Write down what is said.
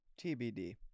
TBD